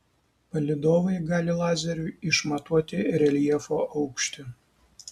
palydovai gali lazeriu išmatuoti reljefo aukštį